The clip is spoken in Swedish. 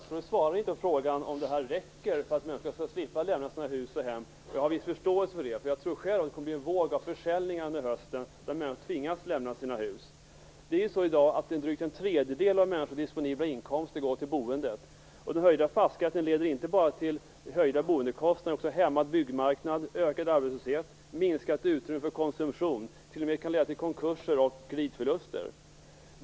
Fru talman! Statsrådet svarade inte på frågan om det här räcker för att människor skall slippa lämna hus och hem. Jag har viss förståelse för det, för jag tror själv att det kommer att bli en våg av försäljningar under hösten när människor tvingas lämna sina hus. I dag går drygt en tredjedel av människors disponibla inkomst till boendet. Den höjda fastighetsskatten leder inte bara till höjda boendekostnader utan också till hämmad byggmarknad, ökad arbetslöshet, minskat utrymme för konsumtion och kanske t.o.m. till konkurser och kreditförluster.